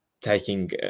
taking